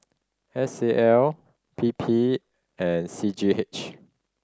S A L P P and C G H